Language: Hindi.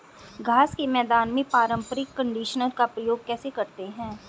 घास के मैदान में पारंपरिक कंडीशनर का प्रयोग कैसे करते हैं?